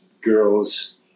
girls